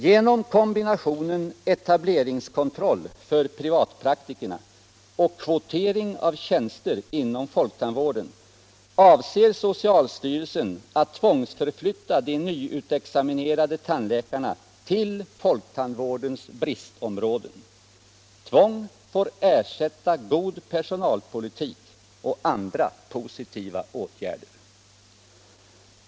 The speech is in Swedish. Genom kombinationen etableringskontroll för privatpraktikerna och kvotering av tjänster inom folktandvården avser socialstyrelsen att tvångsförflytta de nyutexaminerade tandläkarna till folktandvårdens bristområden. Tvång får ersätta god personalpolitik och andra positiva åtgärder.